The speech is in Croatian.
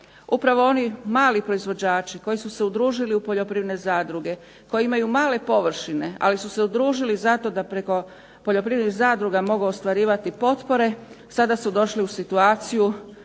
upravo oni mali proizvođači koji su se udružili u poljoprivredne zadruge, koji imaju male površine, ali su se zato udružili da preko poljoprivrednih zadruga mogu ostvarivati potpore sada su došli u situaciju